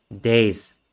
days